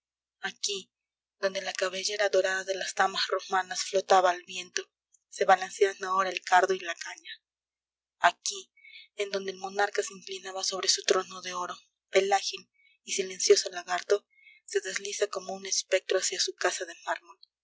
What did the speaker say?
aquí en donde la cabellera dorada de las damas romanas flotaba al viento se balancean ahora el cardo y la caña aquí en donde el monarca se inclinaba sobre su trono de oro el ágil y silencioso lagarto se desliza como un espectro hacia su casa de mármol